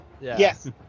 Yes